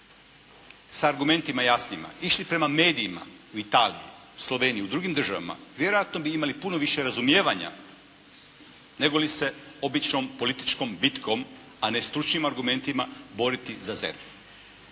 s argumentima jasnima išli prema medijima u Italiji, Sloveniji, u drugim državama, vjerojatno bi imalo puno više razumijevanja nego li se običnom političkom bitkom, a ne stručnim argumentima boriti za ZERP.